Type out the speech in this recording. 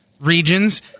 regions